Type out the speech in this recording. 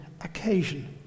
occasion